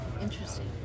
Interesting